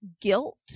guilt